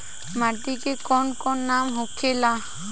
माटी के कौन कौन नाम होखे ला?